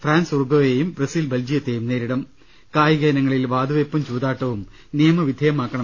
France ഉറുഗ്വേയും Brazil ബൽജിയത്തെയും നേരിടും കായിക ഇനങ്ങളിൽ വാതുവെപ്പും ചൂതാട്ടവും നിയമവിധേയമാക്കണ